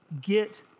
get